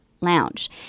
Lounge